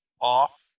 off